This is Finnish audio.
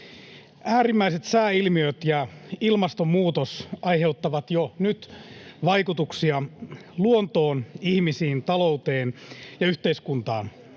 Äärimmäiset sääilmiöt ja ilmastonmuutos aiheuttavat jo nyt vaikutuksia luontoon, ihmisiin, talouteen ja yhteiskuntaan.